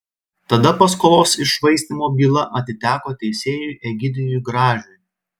tada paskolos iššvaistymo byla atiteko teisėjui egidijui gražiui